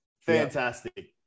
Fantastic